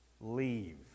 leave